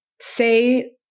say